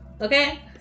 okay